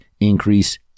increase